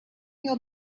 your